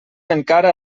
encara